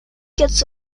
gets